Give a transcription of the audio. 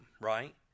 right